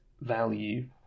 value